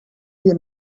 you